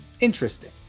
interesting